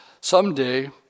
someday